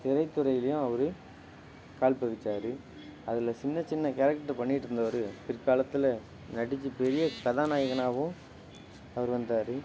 திரைத்துறையிலையும் அவரு கால் பதிச்சார் அதில் சின்னச் சின்ன கேரக்டர் பண்ணிக்கிட்ருந்தவர் பிற்காலத்தில் நடிச்சி பெரிய கதாநாயகனாகவும் அவரு வந்தார்